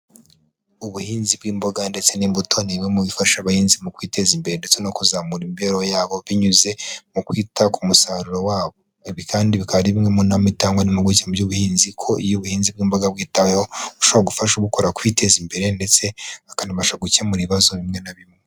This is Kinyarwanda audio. Ubuhinzi bw'imboga ndetse n'imbuto nimwe mu bifasha abahinzi mu kwiteza imbere ndetse no kuzamura imibereho yabo binyuze mu kwita ku musaruro wabo, ibi kandi bikaba bimwe nama itangwa n' impuguke mu by'ubuhinzi ko iyo ubuhinzi bw'imboga bwitaweho bushobora gufasha gukora kwiteza imbere, ndetse akanabasha gukemura ibibazo bimwe na bimwe.